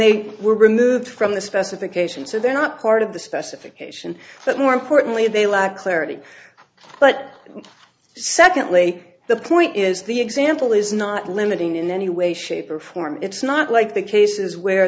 they were removed from the specification so they're not part of the specification but more importantly they lack clarity but secondly the point is the example is not limiting in any way shape or form it's not like the cases where